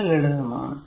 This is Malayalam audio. വളരെ ലളിതമാണ്